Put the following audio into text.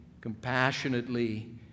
compassionately